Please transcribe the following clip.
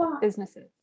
businesses